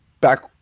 back